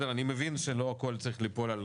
אני מבין שלא הכול צריך ליפול על